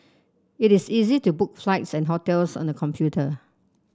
it is easy to book flights and hotels on the computer